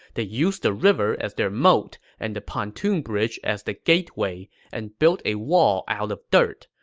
they used the river as their moat and the pontoon bridge as the gateway, and built a wall out of dirt.